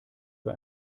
für